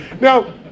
Now